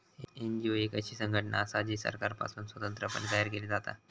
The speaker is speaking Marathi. एन.जी.ओ एक अशी संघटना असा जी सरकारपासुन स्वतंत्र पणे तयार केली जाता